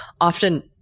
Often